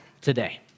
today